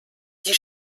die